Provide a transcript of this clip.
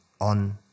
on